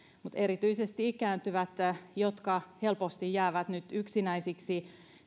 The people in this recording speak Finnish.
erityisesti ikääntyvien jotka helposti jäävät nyt yksinäisiksi